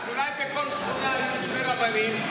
אז אולי בכל שכונה יהיו שני רבנים?